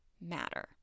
matter